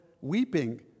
weeping